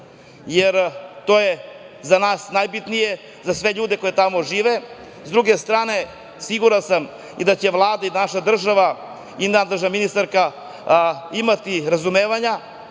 To je za nas najbitnije, za sve ljude koji tamo žive.S druge strane, siguran sam i da će Vlada i naša država i nadležna ministarka imati razumevanja